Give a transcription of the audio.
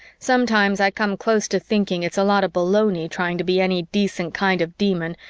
sometimes i come close to thinking it's a lot of baloney trying to be any decent kind of demon,